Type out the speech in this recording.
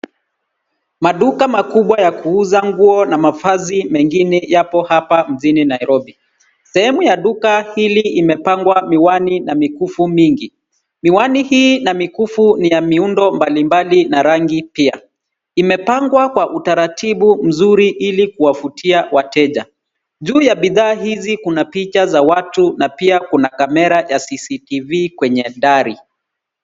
Maduka makubwa ya kuuza nguo na mavazi mengine yapo hapa mjini Nairobi. Sehemu ya duka hili imepangwa miwani na mikufu mingi. Miwani hii na mikufu ni ya miundo mbalimbali na rangi pia. Imepangwa kwa utaratibu mzuri ili kuwavutia wateja. Juu ya bidhaa hizi kuna picha za watu na pia kuna kamera ya CCTV kwenye dari.